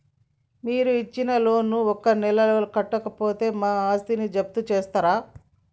మీరు ఇచ్చిన లోన్ ను ఒక నెల కట్టకపోతే మా ఆస్తిని జప్తు చేస్తరా?